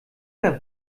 der